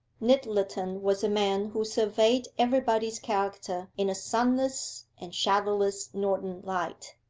nyttleton was a man who surveyed everybody's character in a sunless and shadowless northern light.